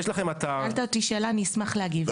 שאלת אותי שאלה, אני אשמח להגיב.